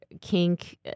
kink